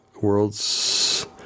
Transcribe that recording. worlds